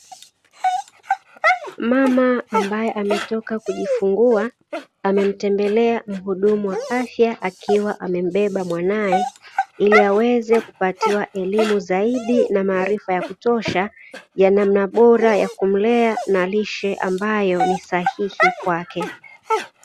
Mama ambaye anatoka kujifungua, amemtembelea mhudumu wa afya akiwa amembeba mwanaye, ili aweze kupatiwa elimu zaidi na maarifa ya kutosha, ya namna bora ya kumlea na lishe ambayo ni sahihi kwake.